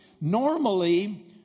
Normally